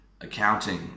accounting